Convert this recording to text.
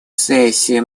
сессий